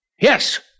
yes